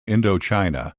indochina